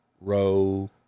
Row